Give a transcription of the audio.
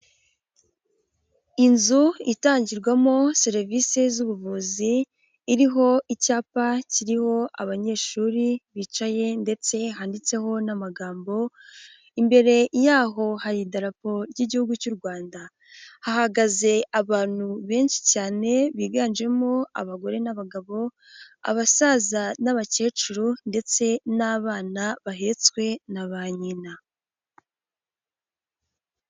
Inzu itangirwamo serivisi z'ubuvuzi iriho icyapa kiriho abanyeshuri bicaye ndetse handitseho n'amagambo, imbere yaho hari idarapoda ry'igihugu cy'u Rwanda, hahagaze abantu benshi cyane biganjemo abagore n'abagabo, abasaza n'abakecuru ndetse n'abana bahetswe na ba nyina.